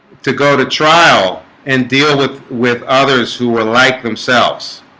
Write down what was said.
to go to trial and deal with with others who were like themselves